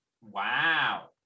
Wow